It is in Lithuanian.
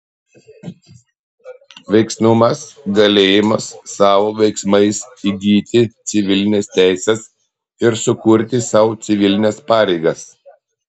veiksnumas galėjimas savo veiksmais įgyti civilines teises ir sukurti sau civilines pareigas